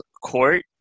Court